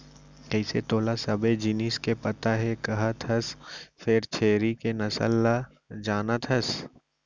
कइसे तोला सबे जिनिस के पता हे कहत हस फेर छेरी के नसल ल जानत हस?